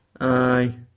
Aye